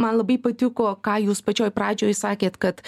man labai patiko ką jūs pačioj pradžioj sakėt kad